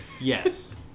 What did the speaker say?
Yes